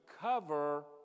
cover